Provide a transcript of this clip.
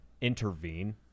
intervene